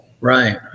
right